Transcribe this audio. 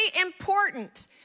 important